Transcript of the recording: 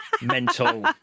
Mental